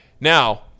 Now